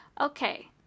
okay